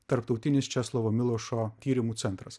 tarptautinis česlovo milošo tyrimų centras